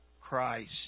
Christ